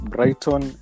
Brighton